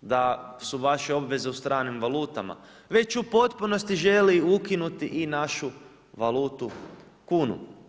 da su vaše obveze u stranim valutama, već u potpunosti želi ukinuti i našu valutu kunu.